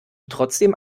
trotzdem